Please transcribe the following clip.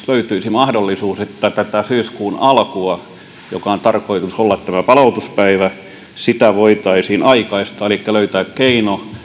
löytyisi mahdollisuus että tätä syyskuun alkua jonka on tarkoitus olla tämä palautuspäivä voitaisiin aikaistaa elikkä löytää keino